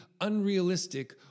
unrealistic